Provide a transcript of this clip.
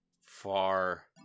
Far